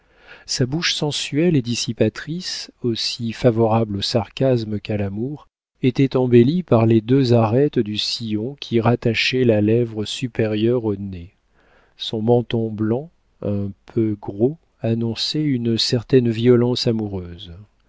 sa bouche sensuelle et dissipatrice aussi favorable au sarcasme qu'à l'amour était embellie par les deux arêtes du sillon qui rattachait la lèvre supérieure au nez son menton blanc un peu gros annonçait une certaine violence amoureuse